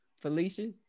Felicia